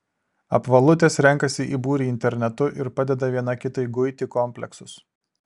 apvalutės renkasi į būrį internetu ir padeda viena kitai guiti kompleksus